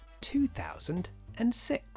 2006